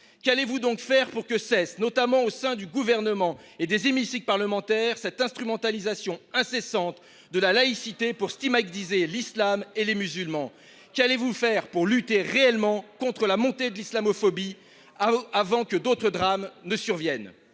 Qu'allez-vous donc faire pour que cesse, notamment au sein du gouvernement et des émissiques parlementaires, cette instrumentalisation incessante de la laïcité pour stigmatiser l'islam et les musulmans ? Qu'allez-vous faire pour lutter réellement contre la montée de l'islamophobie avant que d'autres drames ne surviennent ?